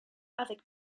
avec